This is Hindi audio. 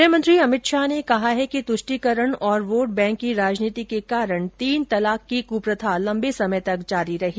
गृह मंत्री अमित शाह ने कहा है कि तृष्टिकरण और वोट बैंक की राजनीति के कारण तीन तलाक की कुप्रथा लंबे समय तक जारी रही